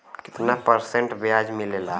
कितना परसेंट ब्याज मिलेला?